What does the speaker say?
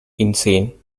insane